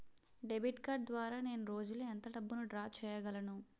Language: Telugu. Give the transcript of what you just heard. డెబిట్ కార్డ్ ద్వారా నేను రోజు లో ఎంత డబ్బును డ్రా చేయగలను?